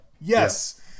Yes